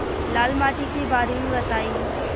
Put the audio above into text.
लाल माटी के बारे में बताई